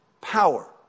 power